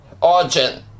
origin